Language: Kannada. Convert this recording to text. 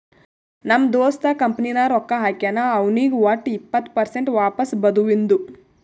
ನಮ್ ದೋಸ್ತ ಕಂಪನಿ ನಾಗ್ ರೊಕ್ಕಾ ಹಾಕ್ಯಾನ್ ಅವ್ನಿಗ್ ವಟ್ ಇಪ್ಪತ್ ಪರ್ಸೆಂಟ್ ವಾಪಸ್ ಬದುವಿಂದು